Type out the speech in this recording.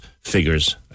figures